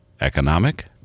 economic